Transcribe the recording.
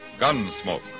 Gunsmoke